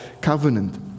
covenant